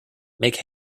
make